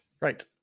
Right